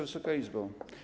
Wysoka Izbo!